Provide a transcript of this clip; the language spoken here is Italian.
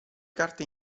carte